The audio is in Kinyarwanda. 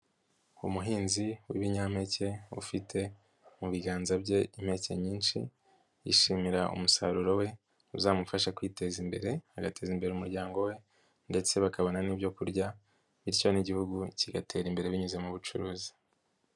Umuhinzi w'ibinyampeke ufite mu biganza bye impeke nyinshi, yishimira umusaruro we uzamufasha kwiteza imbere agateza imbere umuryango we ndetse bakabona n'ibyo kurya bityo n'igihugu kigatera imbere binyuze mu bucuruzi.